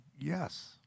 Yes